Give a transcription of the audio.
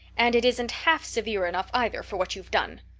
and it isn't half severe enough either for what you've done!